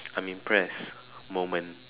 I'm impressed moment